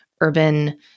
urban